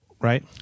Right